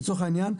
לצורך העניין,